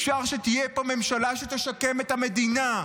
אפשר שתהיה פה ממשלה שתשקם את המדינה.